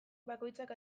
bakoitzak